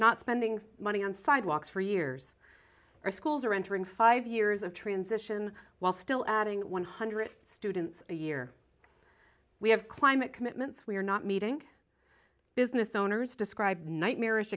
not spending money on sidewalks for years or schools are entering five years of transition while still adding one hundred dollars students a year we have climate commitments we are not meeting business owners describe nightmarish